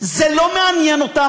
זה לא מעניין אותם.